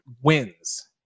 wins